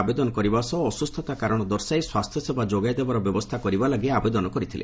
ଆବେଦନ କରିବା ସହ ଅସୁସ୍ଥତା କାରଣ ଦର୍ଶାଇ ସ୍ୱାସ୍ଥ୍ୟସେବା ଯୋଗାଇ ଦେବାର ବ୍ୟବସ୍ରୁ କରିବା ଲାଗି ଆବେଦନ କରିଥିଲେ